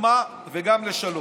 לקדמה וגם לשלום.